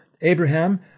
Abraham